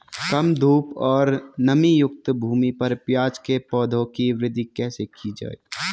कम धूप और नमीयुक्त भूमि पर प्याज़ के पौधों की वृद्धि कैसे की जाए?